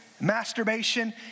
masturbation